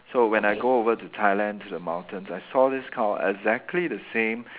so when I go over to Thailand to the mountains I saw this cow exactly the same